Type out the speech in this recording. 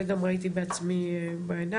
זה גם ראיתי בעצמי בעיניים.